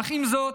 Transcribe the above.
אך עם כל זאת,